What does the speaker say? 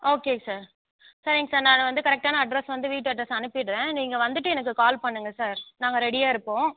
okay sir சரிங்க sir நான் வந்து கரெக்டான அட்ரெஸ் வந்து வீட்டு அட்ரெஸை அனுப்பிவிட்றேன் நீங்கள் வந்துவிட்டு எனக்கு கால் பண்ணுங்கள் சார் நாங்கள் ரெடியாக இருப்போம்